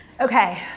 Okay